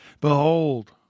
Behold